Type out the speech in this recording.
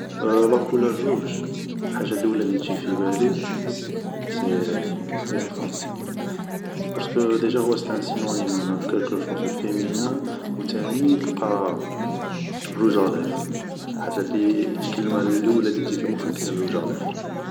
لاكولار روج حاجة اللولة اللي تجي في بالي سي سي لي فام بارسكو ديجا هو سينونيم دو كالكو شوز دو فيمينان و تاني تلقا الروج ا لافر حاجة الكلمة اللولة اللي تجي في مخك هي الروج ا لافر